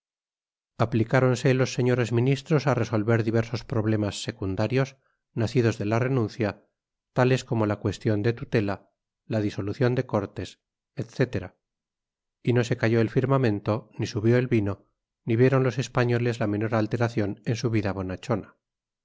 los señores ministros a resolver diversos problemas secundarios nacidos de la renuncia tales como la cuestión de tutela la disolución de cortes etc y no se cayó el firmamento ni subió el vino ni vieron los españoles la menor alteración en su vida bonachona